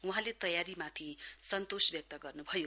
वहाँले तयारीमाथि सन्तोष व्यक्त गर्नुभयो